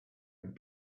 and